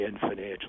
financial